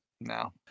No